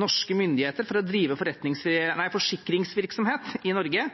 norske myndigheter for å kunne drive forsikringsvirksomhet i Norge,